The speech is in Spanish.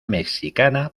mexicana